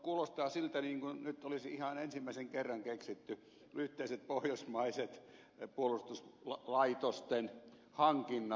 kuulostaa siltä niin kuin nyt olisi ihan ensimmäisen kerran keksitty yhteiset pohjoismaiset puolustuslaitosten hankinnat